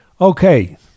Okay